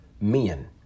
Men